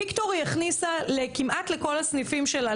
ויקטורי הכניסה כמעט לכל הסניפים שלה,